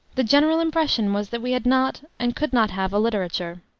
the general impression was that we had not, and could not have, a literature.